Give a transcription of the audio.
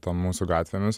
tom mūsų gatvėmis